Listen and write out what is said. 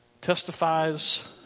testifies